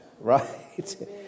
right